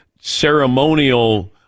ceremonial